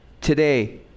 today